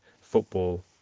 football